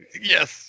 Yes